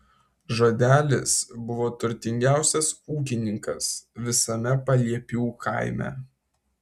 žodelis buvo turtingiausias ūkininkas visame paliepių kaime